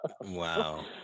Wow